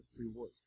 reward